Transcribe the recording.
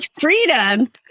freedom